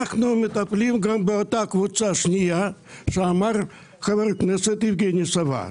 אנחנו מטפלים גם באותה קבוצה שנייה שציין חבר הכנסת יבגני סובה.